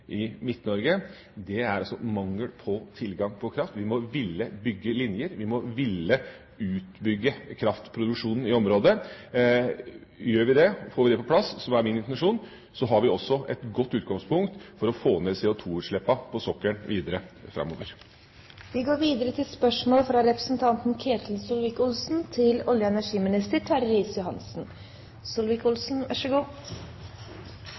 mangel på tilgang på kraft. Vi må ville bygge linjer, vi må ville utbygge kraftproduksjonen i området. Gjør vi det, får vi det på plass, som er min intensjon, har vi også et godt utgangspunkt for å få ned CO2-utslippene på sokkelen videre framover.